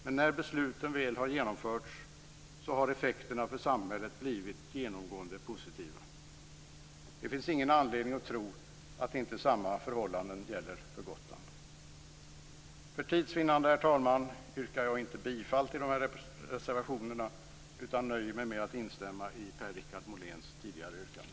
Men när besluten väl har genomförts har effekterna för samhället blivit genomgående positiva. Det finns ingen anledning att tro att inte samma förhållanden gäller för Gotland. För tids vinnande, herr talman, yrkar jag inte bifall till reservationerna, utan nöjer mig med att instämma i Per-Richard Moléns tidigare yrkande.